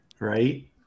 Right